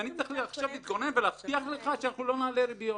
ואני צריך עכשיו להתגונן ולהבטיח לך שלא נעלה ריביות.